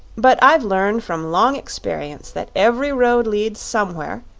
but i've learned from long experience that every road leads somewhere,